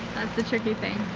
the tricky thing.